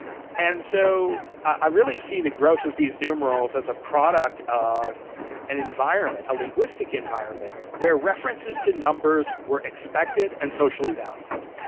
and so i really see the growth of these numerals as a product of an environment, a linguistic environment, where references to numbers were expected and socially valued.